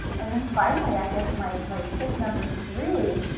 and then finally, i guess my my tip number three,